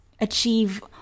achieve